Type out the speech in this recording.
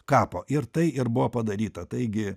kapo ir tai ir buvo padaryta taigi